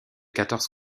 quatorze